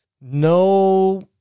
no